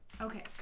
Okay